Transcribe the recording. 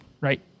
right